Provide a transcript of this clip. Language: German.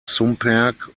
šumperk